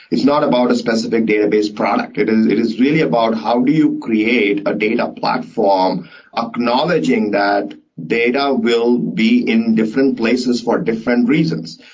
it's not about a specific database product. it is it is really about how do you create a data platform acknowledging that data will be in different places for different reasons.